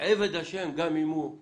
עבד השם גם אם הוא צלם,